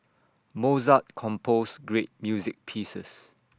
Mozart composed great music pieces